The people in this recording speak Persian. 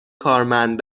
کارمند